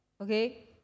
okay